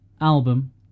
album